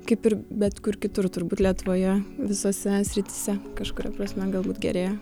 kaip ir bet kur kitur turbūt lietuvoje visose srityse kažkuria prasme galbūt gerėja